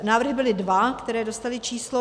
Návrhy byly dva, které dostaly číslo.